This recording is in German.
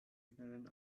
schnellen